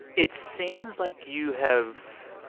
it seems like you have,